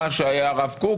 מה שהיה הרב קוק.